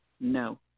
No